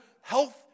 health